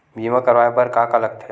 बीमा करवाय बर का का लगथे?